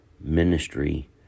ministry